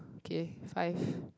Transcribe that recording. okay five